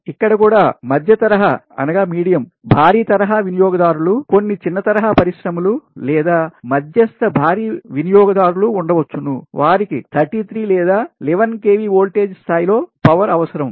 ఇక్కడ కూడా మధ్యతరహా మీడియం భారీ తరహా వినియోగదారులు కొన్ని చిన్న తరహా పరిశ్రమలు లేదా మధ్యస్థ భారీ వినియోగదారులు ఉండవచ్చును వారికి 33 లేదా 11 kV వోల్టేజ్ స్థాయి లో పవర్ అవసరం